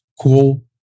cool